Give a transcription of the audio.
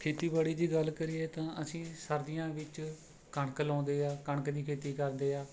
ਖੇਤੀਬਾੜੀ ਦੀ ਗੱਲ ਕਰੀਏ ਤਾਂ ਅਸੀਂ ਸਰਦੀਆਂ ਵਿੱਚ ਕਣਕ ਲਾਉਂਦੇ ਹਾਂ ਕਣਕ ਦੀ ਖੇਤੀ ਕਰਦੇ ਹਾਂ